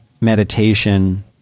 meditation